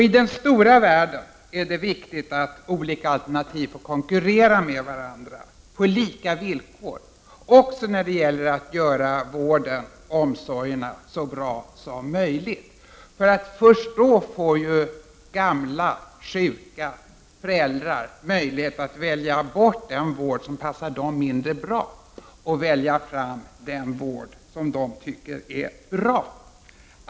I den stora världen är det viktigt att olika alternativ får konkurrera med varandra på lika villkor, också när det gäller att göra vården, omsorgerna, så bra som möjligt. Först då får gamla, sjuka och föräldrar möjlighet att välja bort den vård som passar dem mindre bra för att i stället välja den vård som de tycker är bra.